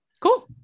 cool